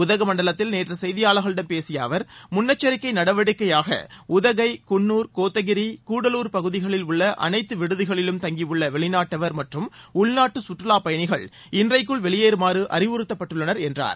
உதகமண்டலத்தில் நேற்று செய்தியாளர்களிடம் பேசிய அவர் முன்னெச்சரிக்கை நடவடிக்கையாக உதகை குன்னூர் கோத்தகிரி கூடலூர் பகுதிகளில் உள்ள அனைத்து விடுதிகளிலும் தங்கியுள்ள வெளிநாட்டவர் மற்றம் உள்நாட்டு சுற்றுலாப் பயணிகள் இன்றைக்குள் வெளியேறமாறு அறிவுறுத்தப்பட்டுள்ளனர் என்றார்